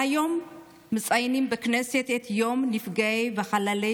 היום מציינים בכנסת את יום נפגעי וחללי